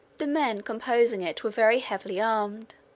the men composing it were very heavily armed.